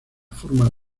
forma